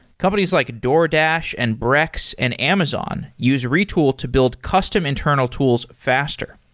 companies like a doordash, and brex, and amazon use retool to build custom internal tools faster.